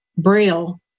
braille